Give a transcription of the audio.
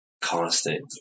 constant